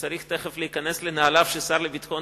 שצריך תיכף להיכנס לנעליו של השר לביטחון